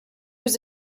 was